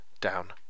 down